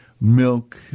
milk